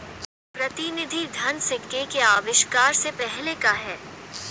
प्रतिनिधि धन सिक्के के आविष्कार से पहले का है